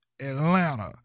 Atlanta